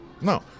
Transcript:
no